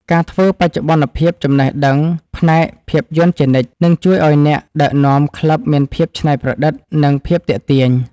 ការធ្វើបច្ចុប្បន្នភាពចំណេះដឹងផ្នែកភាពយន្តជានិច្ច នឹងជួយឱ្យអ្នកដឹកនាំក្លឹបមានភាពច្នៃប្រឌិត និងភាពទាក់ទាញ។